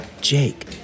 Jake